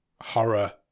horror